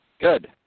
Good